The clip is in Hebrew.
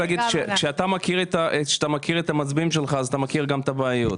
כשאתה מכיר את המצביעים שלך אתה מכיר גם את הבעיות.